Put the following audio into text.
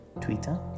Twitter